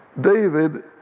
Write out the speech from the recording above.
David